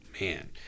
man